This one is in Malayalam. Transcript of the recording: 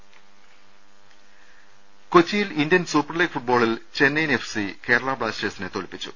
ലലലലലല കൊച്ചിയിൽ ഇന്ത്യൻ സൂപ്പർ ലീഗ് ഫുട്ബോളിൽ ചെന്നൈയിൻ എഫ് സി കേരള ബ്ലാസ്റ്റേഴ് സിനെ തോൽപ്പിച്ചു